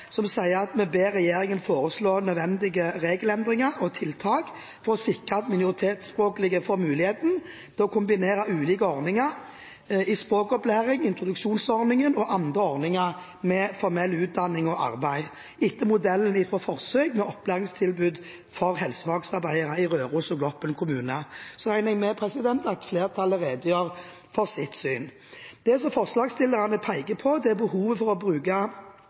som sier at vi «ber regjeringen foreslå nødvendige regelendringer og tiltak for å sikre at minoritetsspråklige får mulighet til å kombinere ulike ordninger som språkopplæring, introduksjonsordning og andre ordninger med formell utdanning og arbeide – etter modell fra forsøkene med opplæringstilbud for helsefagarbeidere i Røros og Gloppen kommuner». Så regner jeg med at flertallet redegjør for sitt syn. Det forslagsstillerne peker på, er behovet for å bruke